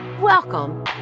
Welcome